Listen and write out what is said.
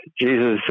Jesus